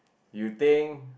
you think